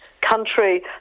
country